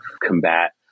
combat